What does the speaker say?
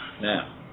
now